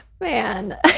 Man